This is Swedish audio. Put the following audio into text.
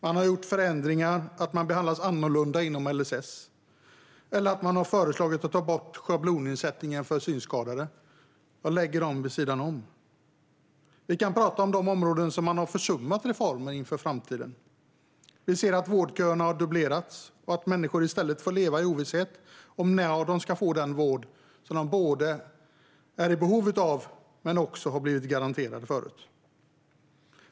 Det har gjorts förändringar som gör att man behandlas annorlunda inom LSS, och det har föreslagits att schablonersättningen för synskadade ska tas bort. Jag lägger dessa förändringar vid sidan av. Vi kan prata om de områden där reformer inför framtiden har försummats. Vi ser att vårdköerna har dubblerats och att människor i stället får leva i ovisshet om när de ska få den vård som de både är i behov av och har blivit garanterade.